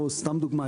או סתם לדוגמה,